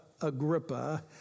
Agrippa